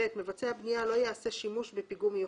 (ב)מבצע הבנייה לא יעשה שימוש בפיגום מיוחד,